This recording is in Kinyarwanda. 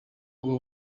guha